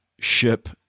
ship